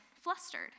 flustered